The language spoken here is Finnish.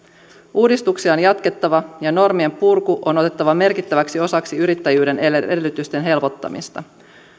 uudistuksia on jatkettava ja normien purku on otettava merkittäväksi osaksi yrittäjyyden edellytysten helpottamista